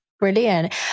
brilliant